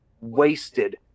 wasted